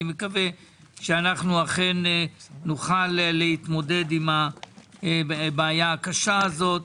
אני מקווה שאנו אכן נוכל להתמודד עם הבעיה הקשה הזו.